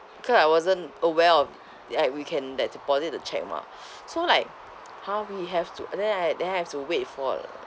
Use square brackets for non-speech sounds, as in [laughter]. cause I wasn't aware of like we can like deposit the cheque mah [breath] so like !huh! we have to and then I then I've to wait for